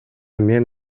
мен